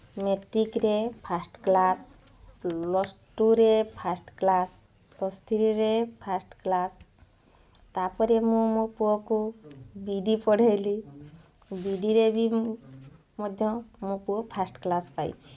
ମେଟ୍ରିକ୍ରେ first class ପ୍ଲସ୍ଟୁରେ first class ପ୍ଲସ୍ଥ୍ରୀରେ first class ତା'ପରେ ମୁଁ ମୋ ପୁଅକୁ ବି ଇ ଡ଼ି ପଢ଼େଇଲି ବିଡ଼ିରେ ବି ମଧ୍ୟ ମୋ ପୁଅ ଫାଷ୍ଟ୍ କ୍ଳାସ୍ ପାଇଛି